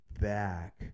back